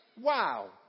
Wow